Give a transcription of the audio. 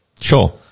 Sure